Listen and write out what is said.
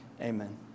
Amen